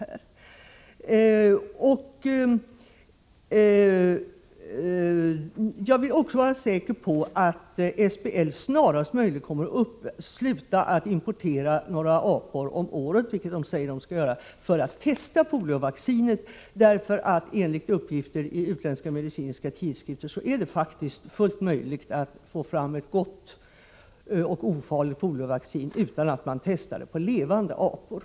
Nr 37 Jag vill också vara säker på att SBL snarast möjligt kommer att sluta Tisdagen den importera apor, vilket man sagt att man skall göra, för att testa poliovaccinet. 27 november 1984 Enligt uppgifter i utländska medicinska tidskrifter är det faktiskt fullt möjligt att få fram ett gott och ofarligt poliovaccin utan att testa det på levande apor.